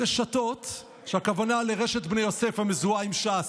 הרשתות, והכוונה לרשת בני יוסף, המזוהה עם ש"ס,